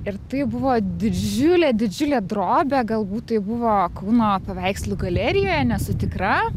ir tai buvo didžiulė didžiulė drobė galbūt tai buvo kauno paveikslų galerijoj nesu tikra